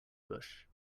bush